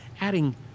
adding